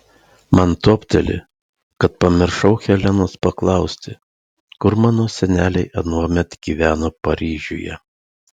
man topteli kad pamiršau helenos paklausti kur mano seneliai anuomet gyveno paryžiuje